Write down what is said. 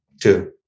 Two